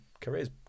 career's